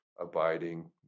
abiding